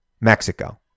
Mexico